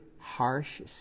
harsh